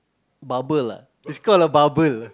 bubble ah it's called a bubble